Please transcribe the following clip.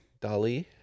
Dali